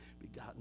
begotten